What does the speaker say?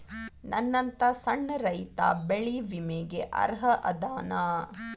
ನನ್ನಂತ ಸಣ್ಣ ರೈತಾ ಬೆಳಿ ವಿಮೆಗೆ ಅರ್ಹ ಅದನಾ?